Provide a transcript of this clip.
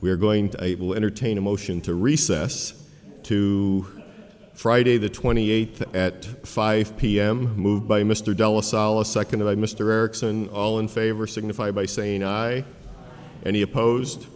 we are going to able to entertain a motion to recess to friday the twenty eighth at five p m moved by mr della salla second to mr erickson all in favor signify by saying i any opposed